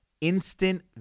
instant